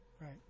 Right